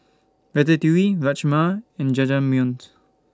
Ratatouille Rajma and Jajangmyeon